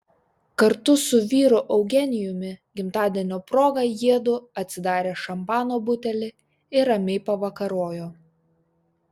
kartu su vyru eugenijumi gimtadienio proga jiedu atsidarė šampano butelį ir ramiai pavakarojo